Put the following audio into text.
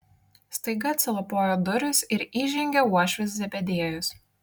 staiga atsilapojo durys ir įžengė uošvis zebediejus